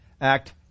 act